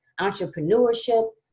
entrepreneurship